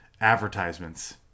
advertisements